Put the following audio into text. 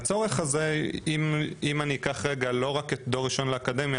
אם אקח לא רק את דור ראשון לאקדמיה,